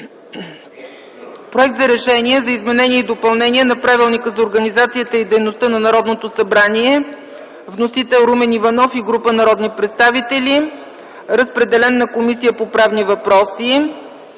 проект за Решение за изменение и допълнение на Правилника за организацията и дейността на Народното събрание. Вносител – Румен Иванов и група народни представители. Разпределен на Комисия по правни въпроси;